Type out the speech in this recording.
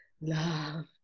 love